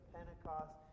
Pentecost